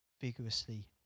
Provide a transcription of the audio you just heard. vigorously